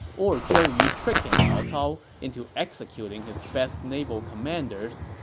or zhou yu tricking cao cao into executing his best naval commanders,